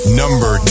number